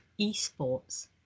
esports